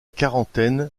quarantaine